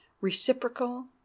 reciprocal